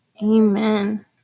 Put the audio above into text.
Amen